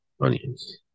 onions